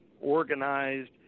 organized